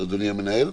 אדוני המנהל,